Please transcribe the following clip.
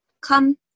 Come